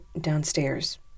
downstairs